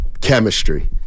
chemistry